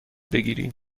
بگیری